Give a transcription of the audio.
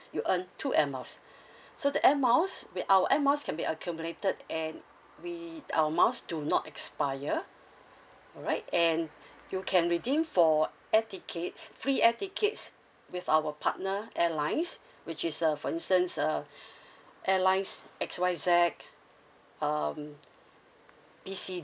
you earn two air miles so the air miles with our air miles can be accumulated and we air miles do not expire alright and you can redeem for air tickets free air tickets with our partner airlines which is uh for instance uh airlines X Y Z um B C